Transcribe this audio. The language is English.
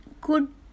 good